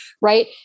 Right